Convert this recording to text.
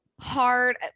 hard